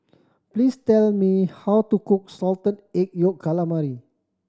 please tell me how to cook Salted Egg Yolk Calamari